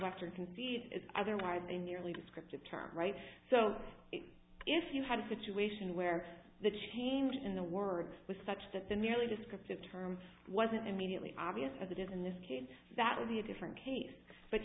dr concede is otherwise a nearly descriptive term right so if you had a situation where the change in the words was such that the nearly descriptive term wasn't immediately obvious as it is in this case that would be a different case but